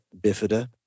bifida